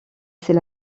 c’est